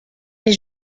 des